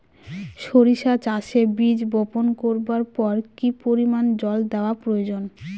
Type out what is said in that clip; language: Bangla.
সরিষা চাষে বীজ বপন করবার পর কি পরিমাণ জল দেওয়া প্রয়োজন?